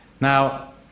Now